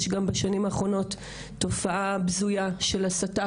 יש גם בשנים האחרונות תופעה בזויה של הסתה,